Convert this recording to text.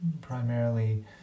primarily